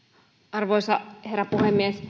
arvoisa herra puhemies